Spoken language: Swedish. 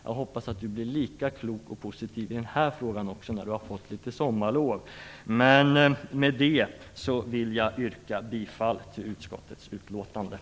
Jag hoppas att han blir lika klok och positiv i denna fråga som i andra efter litet sommarlov. Med detta yrkar jag bifall till utskottets hemställan.